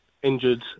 injured